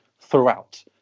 throughout